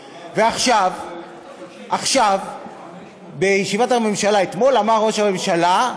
ועכשיו, בישיבת הממשלה אתמול אמר ראש הממשלה,